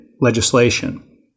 legislation